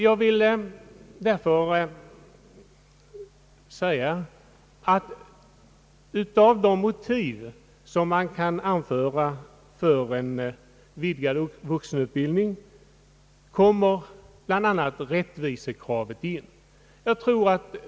Jag vill därför framhålla, att man till de motiv som kan anföras för en vidgad vuxenutbildning kan räkna bland annat rättvisekravet.